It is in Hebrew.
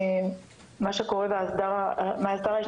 שמה שקורה הוא שיש הסדרה חדשה.